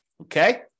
Okay